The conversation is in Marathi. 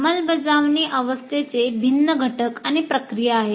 अंमलबजावणी अवस्थेचे भिन्न घटक आणि प्रक्रिया आहेत